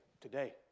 today